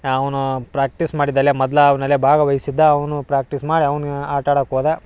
ಅವನ್ನೂ ಪ್ರಾಕ್ಟೀಸ್ ಮಾಡಿದಲೆ ಮದ್ಲ ಅವ್ನಲ್ಲೆ ಭಾಗ್ವಹಿಸಿದ್ದ ಅವನು ಪ್ರಾಕ್ಟೀಸ್ ಮಾಡಿ ಅವ್ನ ಆಟಾಡಕ್ಕೆ ಹೋದ